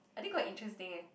I think quite interesting eh